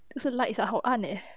就是 lights ah 好暗 eh